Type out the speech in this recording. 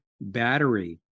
Battery